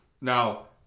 Now